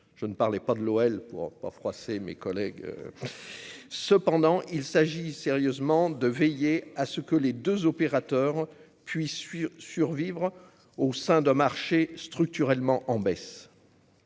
je ne parlais pas de l'OL pour pas froisser mes collègues, cependant, il s'agit, sérieusement, de veiller à ce que les 2 opérateurs puisse lui survivre au sein d'un marché structurellement en baisse